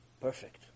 Perfect